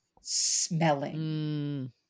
smelling